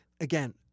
again